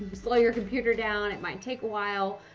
slow your computer down, it might take a while.